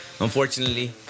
unfortunately